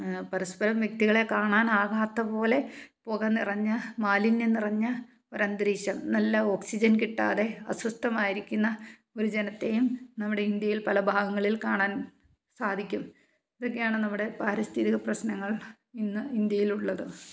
പരസ്പരം വ്യക്തികളെ കാണാനാകാത്തതുപോലെ പുക നിറഞ്ഞ മാലിന്യം നിറഞ്ഞ ഒരന്തരീക്ഷം നല്ല ഓക്സിജൻ കിട്ടാതെ അസ്വസ്ഥമായിരിക്കുന്ന ഒരു ജനത്തേയും നമ്മുടെ ഇന്ത്യയിൽ പല ഭാഗങ്ങളിൽ കാണാൻ സാധിക്കും ഇതൊക്കെയാണ് നമ്മുടെ പാരിസ്ഥിതിക പ്രശ്നങ്ങൾ ഇന്ന് ഇന്ത്യയിലുള്ളത്